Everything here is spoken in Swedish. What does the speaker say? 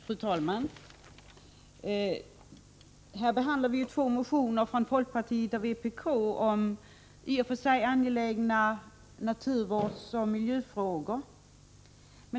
Fru talman! Här behandlar vi två motioner från folkpartiet och vpk om i och för sig angelägna naturvårdsoch miljöfrågor.